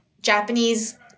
Japanese